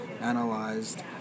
analyzed